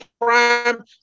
Prime